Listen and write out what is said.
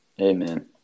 Amen